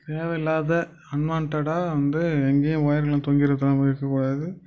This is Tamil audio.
தேவையில்லாத அன்வாண்ட்டடாக வந்து எங்கேயும் ஒயர் எல்லாம் தொங்கி இருக்குறமாதிரி இருக்கக்கூடாது